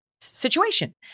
situation